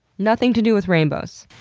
nothing to do with rainbows.